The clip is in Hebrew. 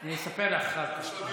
אני אספר לך אחר כך.